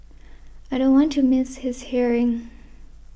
I don't want to miss his hearing